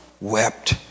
wept